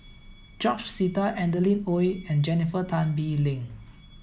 George Sita Adeline Ooi and Jennifer Tan Bee Leng